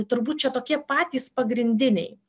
turbūt čia tokie patys pagrindiniai